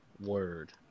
word